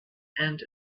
and